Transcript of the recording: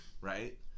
right